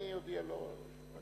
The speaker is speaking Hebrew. אני אודיע לו.